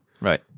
right